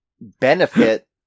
benefit